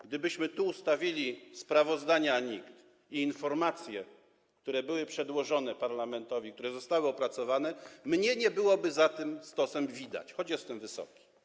Gdybyśmy tu ustawili sprawozdania NIK i informacje, które były przedłożone parlamentowi, które zostały opracowane, mnie nie byłoby za tym stosem widać, choć jestem wysoki.